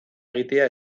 egitea